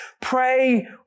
Pray